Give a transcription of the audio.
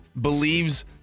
believes